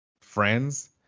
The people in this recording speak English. friends